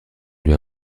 lui